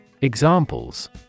Examples